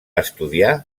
estudiar